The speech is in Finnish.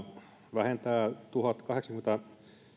vähentää tuhatkahdeksankymmentä